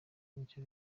nicyo